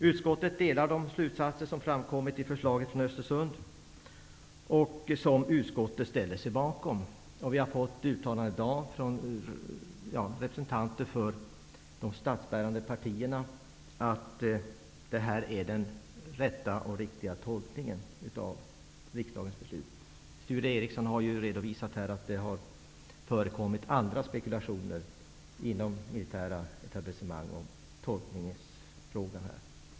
Utskottet delar uppfattningen i de slutsatser som har framkommit i förslaget från Representanter från de statsbärande partierna har uttalat att detta är den rätta och riktiga tolkningen av riksdagens beslut. Sture Ericson har redovisat att det har förekommit andra tolkningar inom det militära etablissementet.